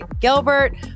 Gilbert